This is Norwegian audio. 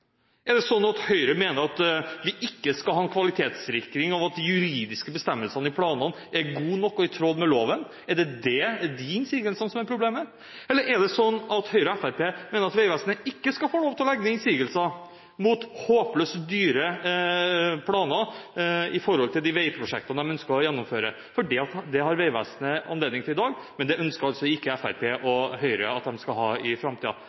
Høyre at vi ikke skal ha en kvalitetssikring, og at juridiske bestemmelser i planene er gode nok og i tråd med loven? Er det de innsigelsene som er problemet? Er det sånn at Høyre og Fremskrittspartiet mener at Vegvesenet ikke skal få lov til å legge inn innsigelser mot håpløst dyre planer når det gjelder de veiprosjektene de skal gjennomføre? Det har Vegvesenet anledning til i dag, men det ønsker altså ikke Fremskrittspartiet og Høyre at de skal ha i